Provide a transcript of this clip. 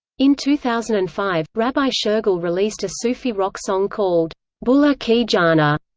in two thousand and five, rabbi shergill released a sufi rock song called bulla ki jaana,